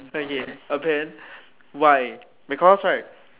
okay a pen why because right